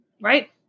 Right